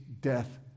death